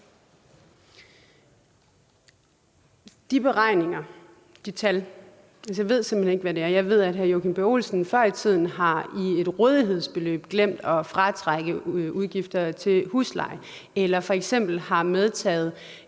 De beregninger og de tal ved jeg simpelt hen ikke hvad er. Jeg ved, at hr. Joachim B. Olsen før i tiden i et rådighedsbeløb havde glemt at fratrække udgifter til husleje eller f.eks. havde medtaget